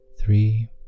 three